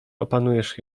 opanujesz